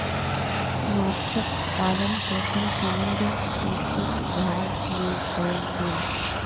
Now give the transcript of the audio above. माँछक पालन पोषण समुद्र के किछ भाग में कयल गेल